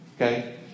Okay